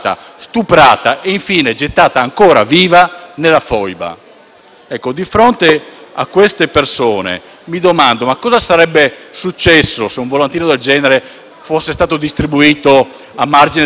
Di fronte a queste persone mi domando: cosa sarebbe successo se un volantino del genere fosse stato distribuito a margine della proiezione di un film dedicato alla Shoah o alle vittime del terrorismo?